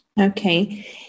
Okay